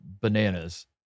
bananas